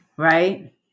right